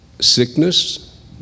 sickness